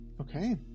Okay